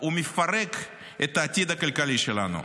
הוא מפרק את העתיד הכלכלי שלנו.